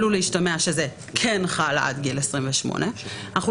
עלול להשתמע שזה כן חל עד גיל 28. אנחנו